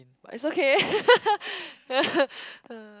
but is okay